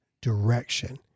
direction